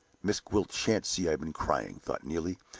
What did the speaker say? miss gwilt shan't see i've been crying! thought neelie,